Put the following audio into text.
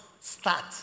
start